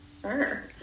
Sure